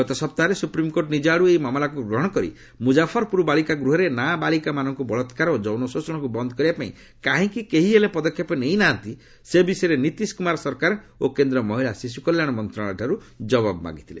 ଗତ ସପ୍ତାହରେ ସୁପ୍ରିମ୍କୋର୍ଟ ନିଜ ଆଡ଼ୁ ଏହି ମାମଲାକୁ ଗ୍ରହଣ କରି ମୁଜାଫରପୁର ବାଳିକା ଗୃହରେ ନା ବାଳିକାମାନଙ୍କୁ ବଳାତ୍କାର ଓ ଯୌନ ଶୋଷଣକୁ ବନ୍ଦ କରିବା ପାଇଁ କାହିଁକି କେହି ହେଲେ ପଦକ୍ଷେପ ନେଇ ନାହାନ୍ତି ସେ ବିଷୟରେ ନିତିଶ କୁମାରଙ୍କ ସରକାର ଓ କେନ୍ଦ୍ର ମହିଳା ଶିଶୁ କଲ୍ୟାଣ ମନ୍ତ୍ରଣାଳୟଠାରୁ ଜବାବ ମାଗିଥିଲେ